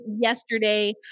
yesterday